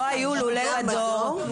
לא היו לולי מדור.